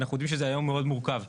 ואנחנו יודעים שזה היום מאוד מורכב.